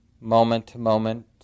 moment-to-moment